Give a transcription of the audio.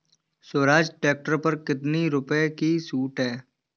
Swaraj tractor पर कितनी रुपये की छूट है?